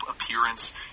appearance